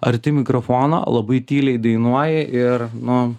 arti mikrofono labai tyliai dainuoji ir nu